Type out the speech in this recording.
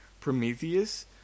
Prometheus